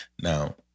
Now